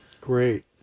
Great